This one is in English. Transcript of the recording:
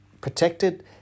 protected